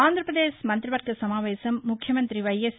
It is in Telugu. ఆంధ్రాప్రదేశ్ మంత్రివర్గ సమావేశం ముఖ్యమంత్రి వైఎస్